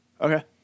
Okay